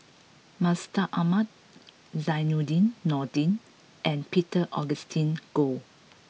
Mustaq Ahmad Zainudin Nordin and Peter Augustine Goh